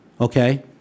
Okay